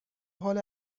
حال